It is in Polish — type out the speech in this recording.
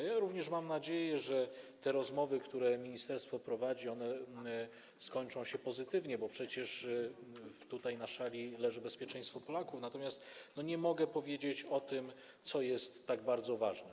Ja również mam nadzieję, że te rozmowy, które ministerstwo prowadzi, skończą się pozytywnie, bo przecież tutaj na szali leży bezpieczeństwo Polaków, natomiast nie mogę nie powiedzieć o tym, co jest tak bardzo ważne.